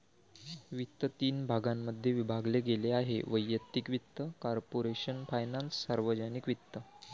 वित्त तीन भागांमध्ये विभागले गेले आहेः वैयक्तिक वित्त, कॉर्पोरेशन फायनान्स, सार्वजनिक वित्त